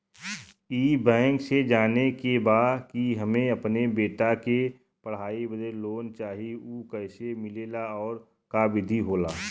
ई बैंक से जाने के बा की हमे अपने बेटा के पढ़ाई बदे लोन चाही ऊ कैसे मिलेला और का विधि होला?